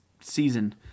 season